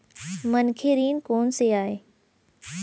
मनखे ऋण कोन स आय?